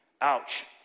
Ouch